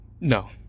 no